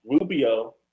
Rubio